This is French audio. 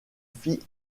fit